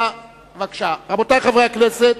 רבותי חברי הכנסת,